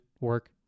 work